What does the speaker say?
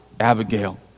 Abigail